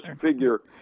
figure